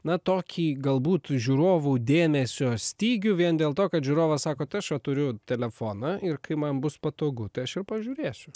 na tokį galbūt žiūrovų dėmesio stygių vien dėl to kad žiūrovas sako tai aš va turiu telefoną ir kai man bus patogu tai aš ir pažiūrėsiu